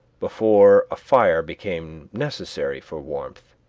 before a fire became necessary for warmth,